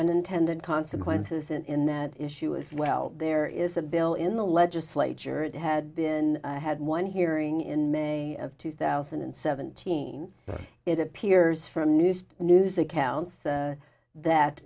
unintended consequences and in that issue as well there is a bill in the legislature it had been had one hearing in may of two thousand and seventeen it appears from newest news accounts that that